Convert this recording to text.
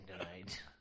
tonight